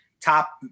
top